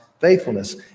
faithfulness